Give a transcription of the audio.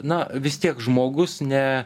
na vis tiek žmogus ne